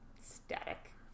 Static